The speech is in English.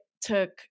took